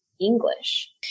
English